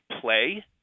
play